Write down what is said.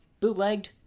bootlegged